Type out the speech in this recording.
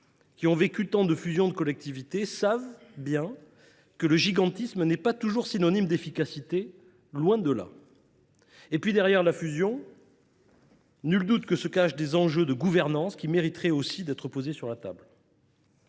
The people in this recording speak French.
qui ont vécu des fusions de collectivités savent bien que le gigantisme n’est pas toujours synonyme d’efficacité, loin de là. Nul doute aussi que, derrière la fusion, se cachent des enjeux de gouvernance, qui mériteraient aussi d’être posés sur la table.